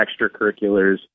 extracurriculars